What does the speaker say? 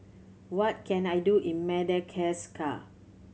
what can I do in Madagascar